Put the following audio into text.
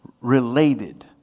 related